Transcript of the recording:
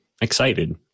excited